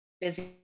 busy